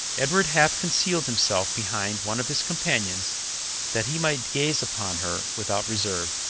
edward half concealed himself behind one of his companions that he might gaze upon her without reserve.